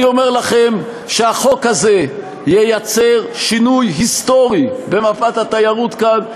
אני אומר לכם שהחוק הזה ייצור שינוי היסטורי במפת התיירות כאן,